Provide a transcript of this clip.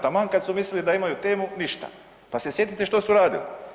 Taman kad su mislili da imaju temu, ništa, pa se sjetite što su radili.